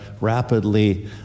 rapidly